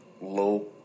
low